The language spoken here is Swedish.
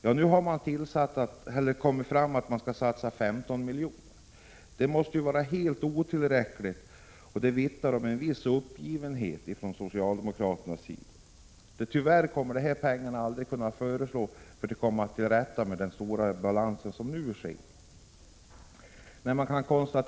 Jo, nu har man kommit fram till att man skall satsa 15 miljoner. Det måste vara helt otillräckligt, och det vittnar om en viss uppgivenhet från socialdemokraternas sida. Tyvärr kommer de här pengarna aldrig att förslå för att komma till rätta med den stora ärendebalansen.